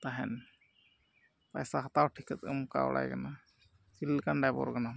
ᱛᱟᱦᱮᱱ ᱯᱚᱭᱥᱟ ᱦᱟᱛᱟᱣ ᱴᱷᱤᱠ ᱠᱟᱛᱮ ᱮᱢ ᱮᱱᱠᱟ ᱵᱟᱲᱟᱭ ᱠᱟᱱᱟ ᱪᱮᱫ ᱞᱮᱠᱟᱱ ᱰᱟᱭᱵᱷᱚᱨ ᱠᱟᱱᱟᱢ